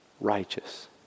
righteous